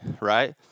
right